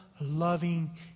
loving